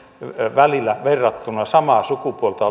välillä verrattuna samaa sukupuolta